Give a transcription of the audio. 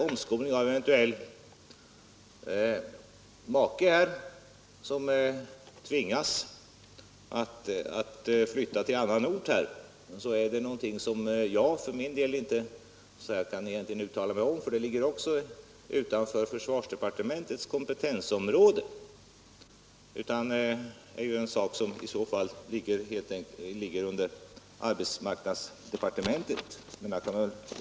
Omskolning av eventuell make som tvingas att flytta till annan ort är någonting som jag för min del inte kan uttala mig om, det ligger också utanför försvarsdepartementets kompetensområde. Det är en sak som i så fall ligger under arbetsmarknadsdepartementet.